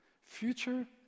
future